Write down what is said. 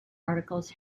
articles